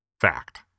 Fact